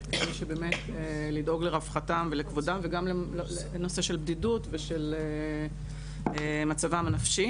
כדי באמת לדאוג לרווחתם ולכבודם וגם לנושא של בדידות ושל מצבם הנפשי.